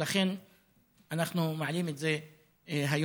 ולכן אנחנו מעלים את זה היום,